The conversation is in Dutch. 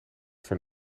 van